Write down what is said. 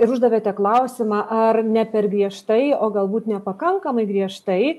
ir uždavėte klausimą ar ne per griežtai o galbūt nepakankamai griežtai